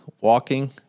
walking